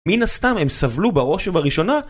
מן הסתם הם סבלו בראש ובראשונה